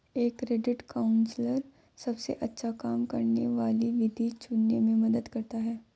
एक credit counsellor सबसे अच्छा काम करने वाली विधि चुनने में मदद करता है